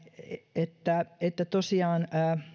että että tosiaan